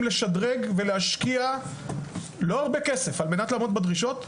לשדרג ולהשקיע לא הרבה כסף על מנת לעמוד בדרישות,